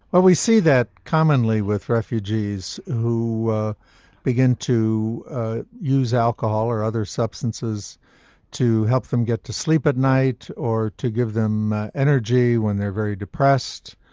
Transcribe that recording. well, we see that commonly with refugees who begin to use alcohol or other substances to help them get to sleep at night, or to give them energy when they're very depressed,